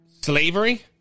slavery